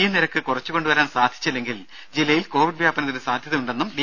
ഈ നിരക്ക് കുറച്ച് കൊണ്ടുവരാൻ സാധിച്ചില്ലെങ്കിൽ ജില്ലയിൽ കോവിഡ് വ്യാപനത്തിന് സാധ്യത ഉണ്ടെന്നും ഡി